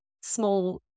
small